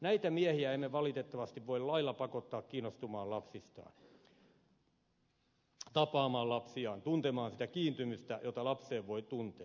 näitä miehiä emme valitettavasti voi lailla pakottaa kiinnostumaan lapsistaan tapaamaan lapsiaan tuntemaan sitä kiintymystä jota lapseen voi tuntea